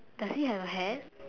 does he have a hat